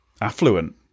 affluent